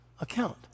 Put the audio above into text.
account